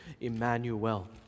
Emmanuel